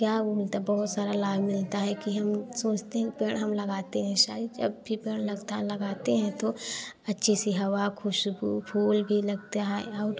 क्या मिलता बहुत सारा लाभ मिलता है कि हम सोचते हैं पेड़ हम लगाते हैं सारी जब भी पेड़ लगता लगाते हैं तो अच्छी सी हवा खुशबू फूल भी लगता है और